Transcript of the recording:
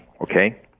Okay